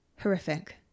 Horrific